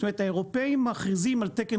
זאת אומרת האירופאים מכריזים על תקן